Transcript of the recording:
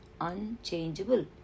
unchangeable